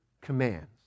commands